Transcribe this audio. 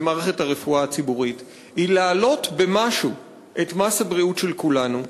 מערכת הרפואה הציבורית היא להעלות במשהו את מס הבריאות של כולנו.